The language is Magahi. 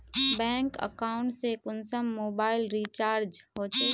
बैंक अकाउंट से कुंसम मोबाईल रिचार्ज होचे?